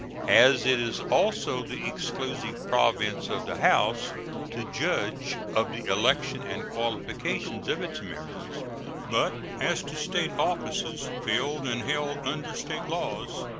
as it is also the exclusive province of the house to judge of the election and qualifications of its members but as to state offices, filled and held under state laws,